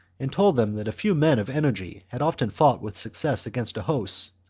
and told them that a few men of energy had often fought with success against a host,